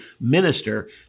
minister